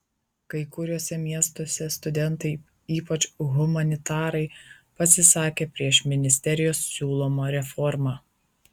kai kuriuose miestuose studentai ypač humanitarai pasisakė prieš ministerijos siūlomą reformą